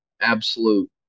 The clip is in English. absolute